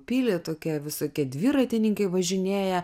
pilį tokie visokie dviratininkai važinėja